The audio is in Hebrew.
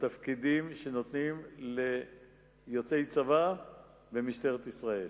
בתפקידים שנותנים ליוצאי צבא ולמשטרת ישראל.